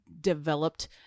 developed